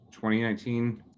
2019